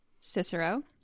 Cicero